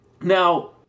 Now